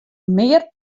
mear